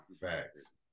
Facts